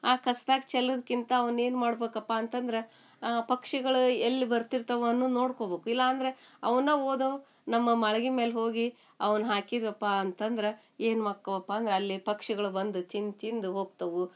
ಆ ಕಸ್ದಾಗ ಚೆಲ್ಲದ್ಕಿಂತ ಅವ್ನೇನು ಮಾಡ್ಬೇಕಪ್ಪ ಅಂತಂದ್ರೆ ಪಕ್ಷಿಗಳು ಎಲ್ಲಿ ಬರ್ತಿರ್ತವನ್ನು ನೋಡ್ಕೊಬೇಕು ಇಲ್ಲಾಂದರೆ ಅವನ್ನ ಓದೋ ನಮ್ಮ ಮಾಳ್ಗಿ ಮೇಲೆ ಹೋಗಿ ಅವನ್ನ ಹಾಕಿದ್ವಪ್ಪಾ ಅಂತಂದ್ರೆ ಏನ್ಮಾಕ್ಕೊವಪ್ಪಾ ಅಂದ್ರೆ ಅಲ್ಲಿ ಪಕ್ಷಿಗಳು ಬಂದು ತಿಂದು ತಿಂದು ಹೋಗ್ತವು